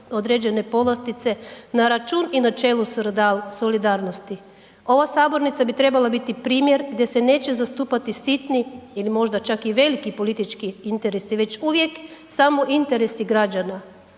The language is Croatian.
određene povlastice na račun i načelu solidarnosti. Ova sabornica bi trebala biti primjer gdje se neće zastupati sitni ili možda čak i veliki politički interesi, već uvijek samo interesi građana.